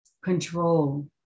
Control